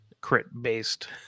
crit-based